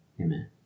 Amen